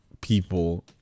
people